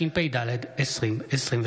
הצעת חוק הגז (בטיחות ורישוי) (תיקון מס' 9) (הארכת תקופות מעבר),